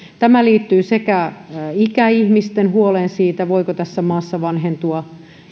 tämä liittyy sekä ikäihmisten huoleen siitä voiko tässä maassa vanhentua